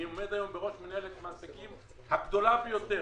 אני עומד היום בראש מנהלת מעסיקים הגדולה ביותר,